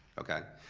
okay?